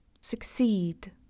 Succeed